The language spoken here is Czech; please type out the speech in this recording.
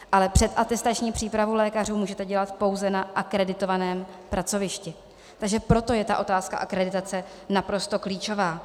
Ale předatestační přípravu lékařů můžete dělat pouze na akreditovaném pracovišti, takže proto je ta otázka akreditace naprosto klíčová.